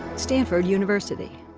stanford university.